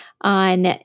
on